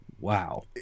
wow